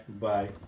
Bye